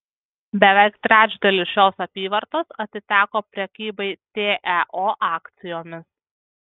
beveik trečdalis šios apyvartos atiteko prekybai teo akcijomis